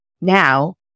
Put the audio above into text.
now